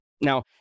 Now